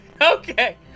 okay